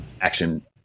action